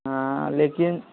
ہاں لیکن